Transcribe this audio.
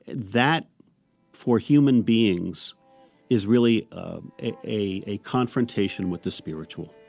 that for human beings is really a a confrontation with the spiritual.